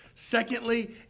Secondly